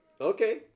Okay